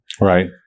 right